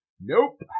Nope